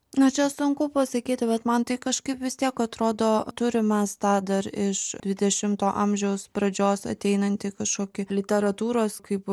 na čia sunku pasakyt bet man tai kažkaip vis tiek atrodo turim mes tą dar iš dvidešimto amžiaus pradžios ateinantį kažkokį literatūros kaip